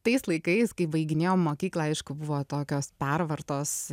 tais laikais kai baiginėjau mokyklą aišku buvo tokios pervartos